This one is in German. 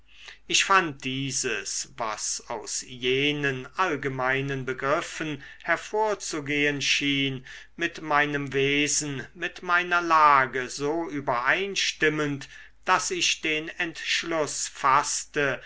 ich fand dieses was aus jenen allgemeinen begriffen hervorzugehen schien mit meinem wesen mit meiner lage so übereinstimmend daß ich den entschluß faßte